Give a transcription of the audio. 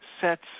sets